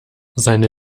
seine